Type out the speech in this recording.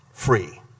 free